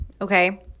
okay